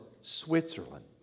Switzerland